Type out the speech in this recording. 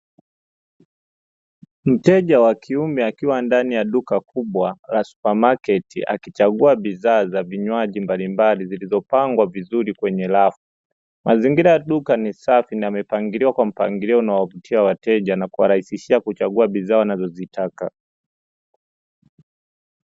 Mteja wa kiume akiwa ndani ya duka kubwa la supamaketi akichagua bidhaa za vinywaji mbalimbali zilizopangwa vizuri kwenye rafu, mazingira ya duka ni safi na yamepangiliwa kwa mpangilio unaovutia wateja na kuwarahisishia kuchagua bidhaa wanazozitaka.